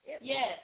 Yes